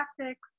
tactics